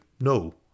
No